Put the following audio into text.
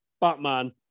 Batman